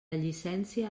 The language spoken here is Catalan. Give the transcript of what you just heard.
llicència